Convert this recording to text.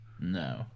No